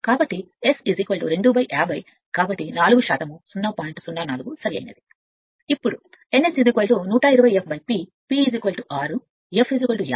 04 సరైనది ఇప్పుడు n S 120 f P P 6 f 50 కాబట్టి n S 1000 rpm